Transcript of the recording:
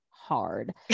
hard